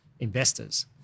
investors